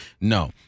No